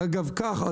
אגב כך,